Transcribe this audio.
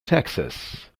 texas